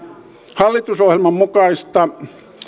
hallitusohjelman mukaista